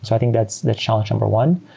so i think that's the challenge number one.